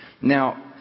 Now